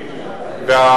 הגדלת מכסות ייעודיות ותוכניות